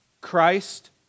Christ